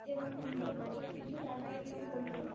এবং মনে করছে কিছু টাকা ইনকাম করবো